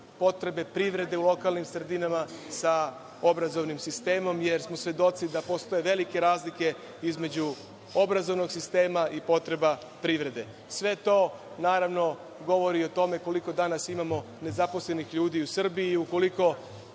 potrebe privrede u lokalnim sredinama sa obrazovnim sistemom, jer smo svedoci da postoje velike razlike između obrazovnog sistema i potreba privrede. Sve to naravno, govori o tome koliko danas imamo nezaposlenih ljudi u Srbiji. Ukoliko